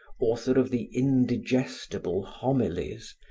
author of the indigestible homelies,